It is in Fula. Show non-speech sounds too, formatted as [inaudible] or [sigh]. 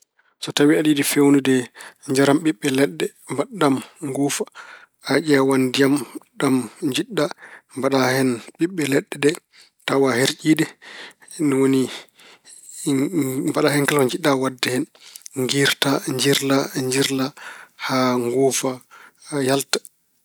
So tawi aɗa yiɗi feewnude njaram ɓiɓɓe leɗɗe, mbaɗɗam nguufa, a ƴeewan ndiyam ɗam njiɗɗa. Mbaɗa hen ɓiɓɓe leɗɗe ɗe tawi a herƴii ɗe. Ni woni [hesitation] mbaɗa hen kala ko jiɗɗa waɗde hen. Ngiirta, njirla, njirla haa nguufa halta.